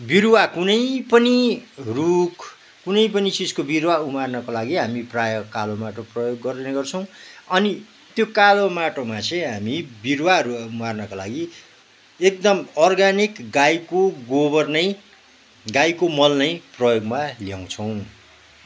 बिरुवा कुनै पनि रुख कुनै पनि चिजको बिरुवा उमार्नको लागि हामी प्रायः कालो माटो प्रयोग गर्ने गर्छौँ अनि त्यो कालो माटोमा चाहिँ हामी बिरुवाहरू उमार्नको लागि एकदम अर्ग्यानिक गाईको गोबर नै गाईको मल नै प्रयोगमा ल्याउँछौँ